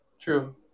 true